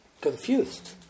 confused